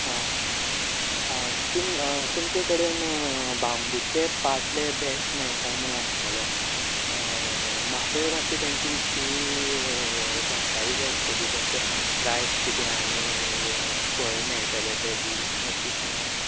हां हां तुम तुमचे कडेन बांबूचे पाटले बेस्ट मेळटा म्हणू आयकल्यात म्हाक मातशें तेनच्या विशयी जाणकारी जाय आशिल्लीं तेनचों प्राइस कितें आनी खंय मेळटलें ते बी मातशें सागां मगो